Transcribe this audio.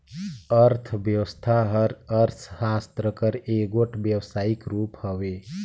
अर्थबेवस्था हर अर्थसास्त्र कर एगोट बेवहारिक रूप हवे